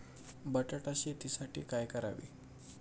बटाटा शेतीसाठी काय करावे?